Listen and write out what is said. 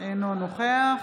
אינו נוכח